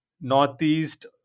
Northeast